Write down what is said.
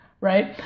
right